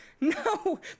no